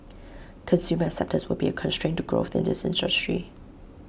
consumer acceptance will be A constraint to growth in this industry